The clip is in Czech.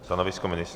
Stanovisko ministra?